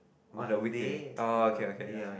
on a weekday oh okay okay ya ya ya